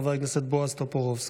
חבר הכנסת בועז טופורובסקי.